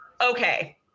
okay